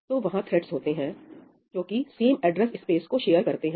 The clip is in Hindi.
तो वहां थ्रेडस होते हैंजो कि सेम ऐड्रेस स्पेस को शेयर करते हैं